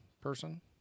person